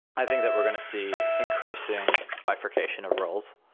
i think that we're going to see increasing bifurcation of roles.